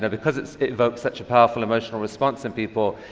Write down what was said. and because it invokes such a powerful emotional response in people,